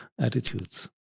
attitudes